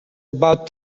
about